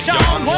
John